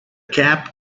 cap